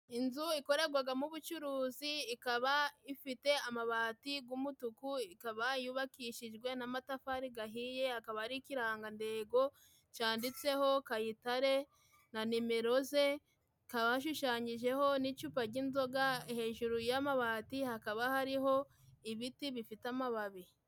Inzu ikorerwagamo ubucuruzi ikaba ifite amabati g'umutuku ikaba yubakishijwe n'amatafari gahiye hakaba hari ikirangantengo cyanditseho kayitare na nimero ze hakaba hashushanyijeho n'icupa ry'inzoga hejuru y'amabati hakaba hariho ibiti bifite amababi.